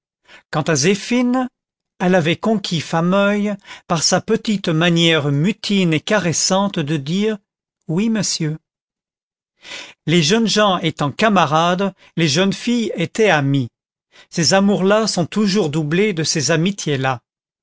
quant à zéphine elle avait conquis fameuil par sa petite manière mutine et caressante de dire oui monsieur les jeunes gens étant camarades les jeunes filles étaient amies ces amours là sont toujours doublés de ces amitiés là